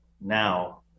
now